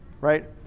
Right